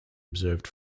observed